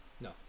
No